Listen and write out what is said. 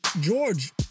george